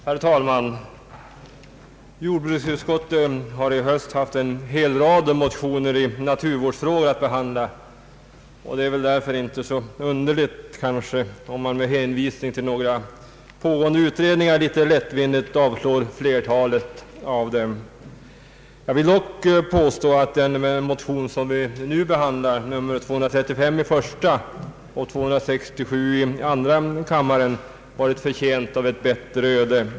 Herr talman! Jordbruksutskottet har i höst haft en hel rad motioner i naturvårdsfrågor att behandla, och det är därför kanske inte så underligt om man med hänvisning till några pågående utredningar litet lättvindigt avslår flertalet av dem. Jag vill dock påstå att den motion som vi nu behandlar, I: 235 och II: 267, varit förtjänta av ett bättre öde.